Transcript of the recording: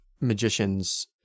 magicians